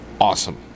awesome